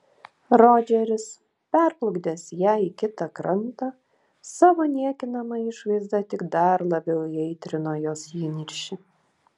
rodžeris perplukdęs ją į kitą krantą savo niekinama išvaizda tik dar labiau įaitrino jos įniršį